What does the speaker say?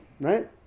Right